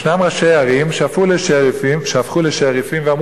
יש ראשי ערים שהפכו לשריפים ואמרו: